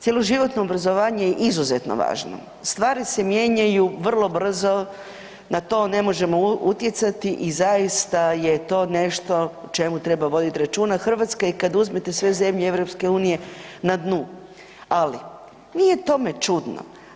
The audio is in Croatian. Cjeloživotno obrazovanje je izuzetno važno, stvari se mijenjaju vrlo brzo, na to ne možemo utjecati i zaista je to nešto o čemu treba voditi računa, Hrvatska je kad uzmete sve zemlje EU-a, na dnu ali nije tome čudno.